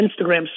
Instagram